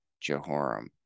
Jehoram